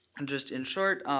and just in short,